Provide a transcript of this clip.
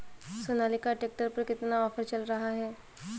Sonalika tractor पर कितना offer चल रहा है?